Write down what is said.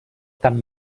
tan